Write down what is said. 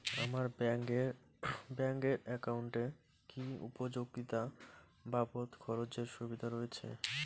আমার ব্যাংক এর একাউন্টে কি উপযোগিতা বাবদ খরচের সুবিধা রয়েছে?